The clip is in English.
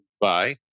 bye